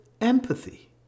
empathy